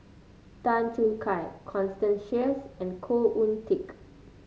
Tan Choo Kai Constance Sheares and Khoo Oon Teik